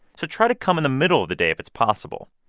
so try to come in the middle of the day if it's possible.